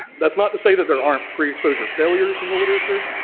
that's not to say that there aren't pre-exposure failures in the literature.